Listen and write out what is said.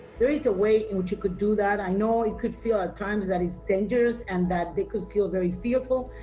there is a way in which you could do that. i know it could feel at times that is dangerous and that they could feel very fearful,